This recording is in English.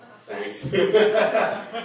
Thanks